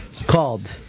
Called